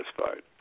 satisfied